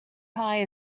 pie